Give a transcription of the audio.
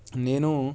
నేను